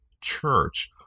church